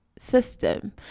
system